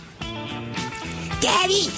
Daddy